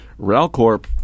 RALCorp